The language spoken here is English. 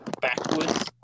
backwards